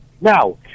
Now